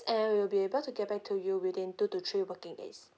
and we'll be able to get back to you within two to three working days